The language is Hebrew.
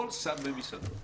כל שר במשרדו,